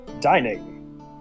dining